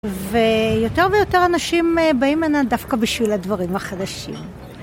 ויותר ויותר אנשים באים הנה דווקא בשביל הדברים החדשים